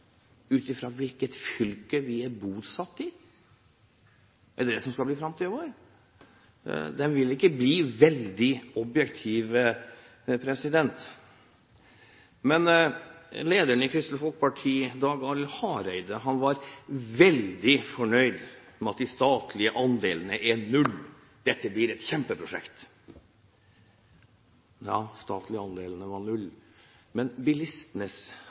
ut fra hvilket fylke vi er bosatt i? Er det det som skal bli framtiden vår? Det vil ikke bli veldig objektivt. Men lederen i Kristelig Folkeparti, Knut Arild Hareide, var veldig fornøyd med at de statlige andelene er null – dette blir et kjempeprosjekt! Ja, de statlige andelene var null. Men